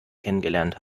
kennengelernt